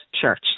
church